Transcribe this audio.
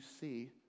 see